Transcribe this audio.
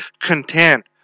content